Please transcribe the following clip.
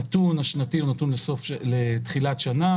הנתון השנתי הוא לתחילת שנה